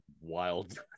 wild